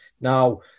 Now